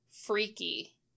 freaky